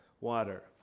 water